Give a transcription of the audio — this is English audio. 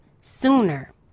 sooner